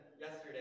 yesterday